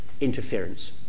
interference